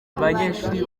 abanyeshuri